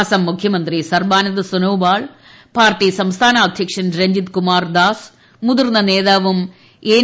അസ്സം മുഖ്യമന്ത്രി സർബാനന്ദ് സോനോവാൾ പാർട്ടി സംസ്ഥാന അദ്ധ്യക്ഷൻ രഞ്ജിത് കുമാർദാസ് മുതിർന്ന നേതാവും എൻ